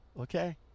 okay